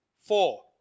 Four